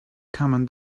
common